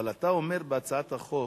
אבל אתה אומר בהצעת החוק